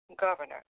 governor